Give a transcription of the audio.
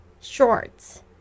shorts